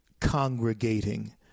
congregating